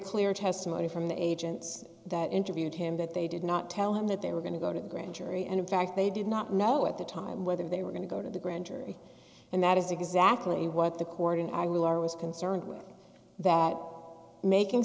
clear testimony from the agents that interviewed him that they did not tell him that they were going to go to the grand jury and in fact they did not know at the time whether they were going to go to the grand jury and that is exactly what the court and i will are was concerned with that making